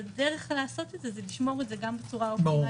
והדרך לעשות זאת זה לשמור את זה גם בצורה האופטימלית,